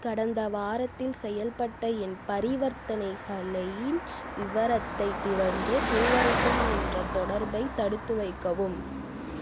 கடந்த வாரத்தில் செயல்பட்ட என் பரிவர்த்தனைகளின் விவரத்தைத் திறந்து பூவரசன் என்ற தொடர்பை தடுத்து வைக்கவும்